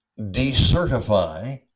decertify